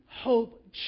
Hope